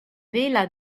vela